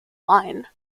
line